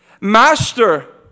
master